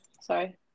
Sorry